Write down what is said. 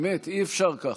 אי-אפשר ככה,